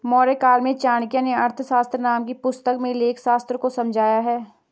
मौर्यकाल में चाणक्य नें अर्थशास्त्र नाम की पुस्तक में लेखाशास्त्र को समझाया है